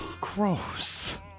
Gross